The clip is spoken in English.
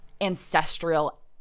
ancestral